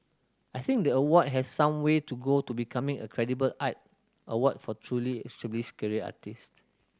I think the award has some way to go to becoming a credible art award for truly established career artist